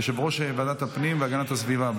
יושב-ראש ועדת הפנים והגנת הסביבה.